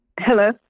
Hello